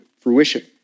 fruition